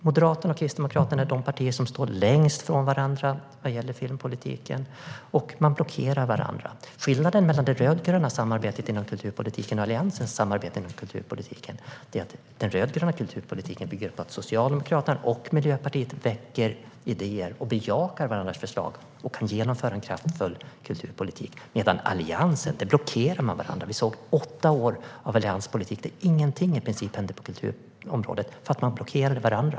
Moderaterna och Kristdemokraterna är de partier som står längst ifrån varandra när det gäller filmpolitiken, och man blockerar varandra. Skillnaden mellan de rödgrönas och Alliansens samarbete inom kulturpolitiken är att den rödgröna kulturpolitiken bygger på att Socialdemokraterna och Miljöpartiet väcker idéer och bejakar varandras förslag och kan genomföra en kraftfull kulturpolitik, medan man i Alliansen blockerar varandra. Vi såg åtta år av allianspolitik, där i princip ingenting hände på kulturområdet därför att man blockerade varandra.